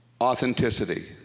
authenticity